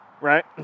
right